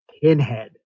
Pinhead